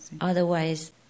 Otherwise